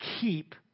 keep